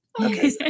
Okay